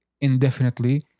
indefinitely